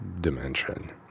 dimension